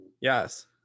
yes